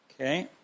Okay